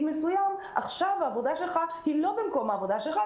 מסוים: "העבודה שלך היא לא במקום העבודה שלך,